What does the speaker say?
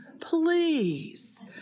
please